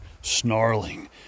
snarling